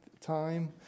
time